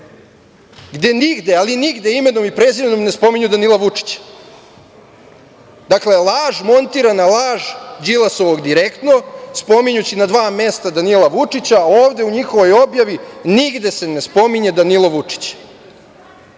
gde nigde ali nigde imenom i prezimenom ne spominju Danila Vučića. Dakle, laž, montirana laž, Đilasovog direktno, spominjući na dva mesta Danila Vučića, ovde u njihovoj objavi nigde se ne spominje Danilo